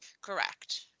Correct